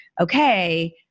okay